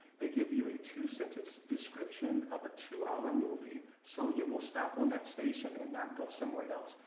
they give you a two sentence description of a two hour movie so you will stop on that station and not go somewhere else.